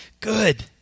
good